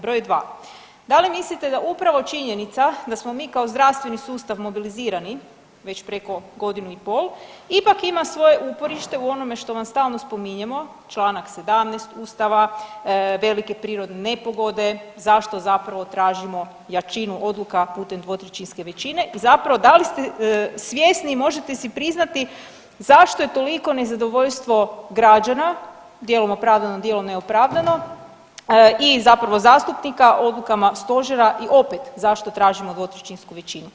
Broj dva, da li mislite da upravo činjenica da smo mi kao zdravstveni sustav mobilizirani već preko godinu i pol ipak ima svoje uporište u onome što vam stalno spominjemo čl. 17. ustava, velike prirodne nepogode, zašto zapravo tražimo jačinu odluka putem dvotrećinske većine i zapravo da li ste svjesni i možete si priznati zašto je toliko nezadovoljstvo građana, djelom opravdano dijelom neopravdano i zapravo zastupnika odlukama stožera i opet zašto tražimo dvotrećinsku većinu?